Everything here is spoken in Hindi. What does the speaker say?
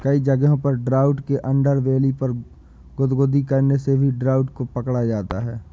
कई जगहों पर ट्राउट के अंडरबेली पर गुदगुदी करने से भी ट्राउट को पकड़ा जाता है